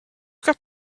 got